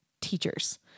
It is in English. teachers